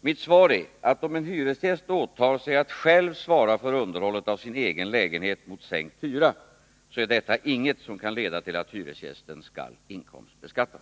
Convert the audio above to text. Mitt svar är att om en hyresgäst åtar sig att själv svara för underhållet av sin egen lägenhet mot sänkt hyra så är detta inget som kan leda till att hyresgästen skall inkomstbeskattas.